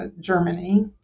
Germany